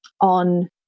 on